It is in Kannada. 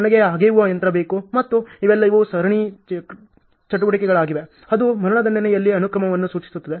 ನನಗೆ ಅಗೆಯುವ ಯಂತ್ರ ಬೇಕು ಮತ್ತು ಇವೆಲ್ಲವೂ ಸರಣಿ ಚಟುವಟಿಕೆಗಳಾಗಿವೆ ಅದು ಮರಣದಂಡನೆಯಲ್ಲಿ ಅನುಕ್ರಮವನ್ನು ಸೂಚಿಸುತ್ತದೆ